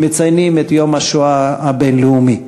מציינים את יום השואה הבין-לאומי.